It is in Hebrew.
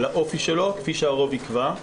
על האופי שלו כפי שהרוב יקבע,